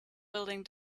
building